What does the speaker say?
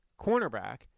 cornerback